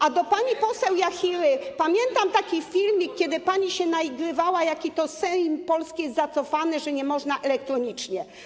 A do pani poseł Jachiry: pamiętam taki filmik, kiedy pani się naigrywała, jaki to Sejm polski jest zacofany, że nie można elektronicznie.